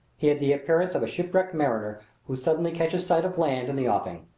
he had the appearance of a shipwrecked mariner who suddenly catches sight of land in the offing.